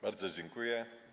Bardzo dziękuję.